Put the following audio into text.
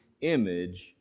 image